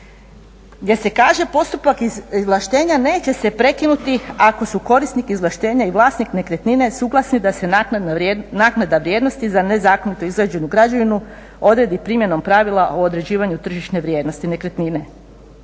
gdje se kaže postupak izvlaštenja neće se prekinuti ako su korisnik izvlaštenja i vlasnik nekretnine suglasni da se naknada vrijednosti za nezakonito izgrađenu građevinu odredi primjenom pravila o određivanju tržišne vrijednosti nekretnine